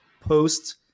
post